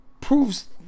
proves